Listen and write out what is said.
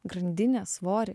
grandinės svorį